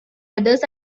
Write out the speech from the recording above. others